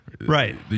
Right